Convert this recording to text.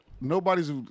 Nobody's